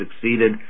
succeeded